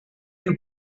you